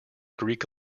greek